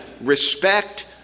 respect